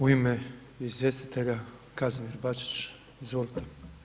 U ime izvjestitelja, Kazimir Bačić, izvolite.